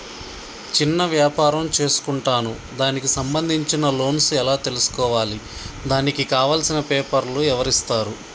చిన్న వ్యాపారం చేసుకుంటాను దానికి సంబంధించిన లోన్స్ ఎలా తెలుసుకోవాలి దానికి కావాల్సిన పేపర్లు ఎవరిస్తారు?